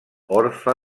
orfe